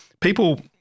people